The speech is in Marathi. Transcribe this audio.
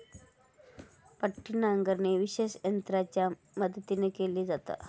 पट्टी नांगरणी विशेष यंत्रांच्या मदतीन केली जाता